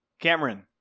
Cameron